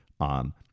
on